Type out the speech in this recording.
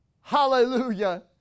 Hallelujah